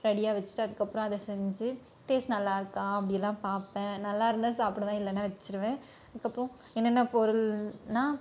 ரெடியாக வச்சுட்டு அதுக்கப்புறம் அதை செஞ்சு டேஸ்ட் நல்லா இருக்கா அப்படிலாம் பார்ப்பேன் நல்லா இருந்தால் சாப்பிடுவேன் இல்லைன்னா வச்சுருவேன் அதுக்கப்புறம் என்னென்ன பொருள்னால்